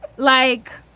like,